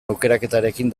aukeraketarekin